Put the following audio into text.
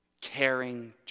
Caring